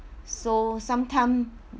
so some time